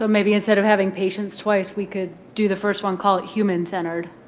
so maybe instead of having patients twice, we could do the first one, call it human-centered.